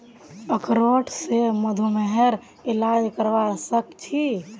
अखरोट स मधुमेहर इलाज करवा सख छी